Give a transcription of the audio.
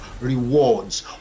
rewards